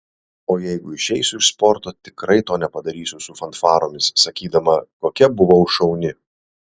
o jeigu išeisiu iš sporto tikrai to nepadarysiu su fanfaromis sakydama kokia buvau šauni